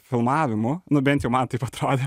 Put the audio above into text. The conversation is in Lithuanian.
filmavimu nu bent jau man taip atrodė